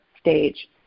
stage